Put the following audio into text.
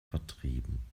vertrieben